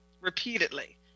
Repeatedly